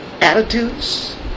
attitudes